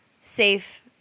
safe